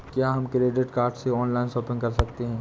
क्या हम credit card से ऑनलाइन शॉपिंग कर सकते हैं?